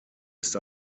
ist